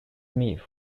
smith